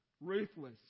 ruthless